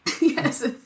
yes